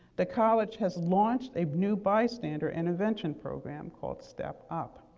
the college has launched a new bystander intervention program called step up.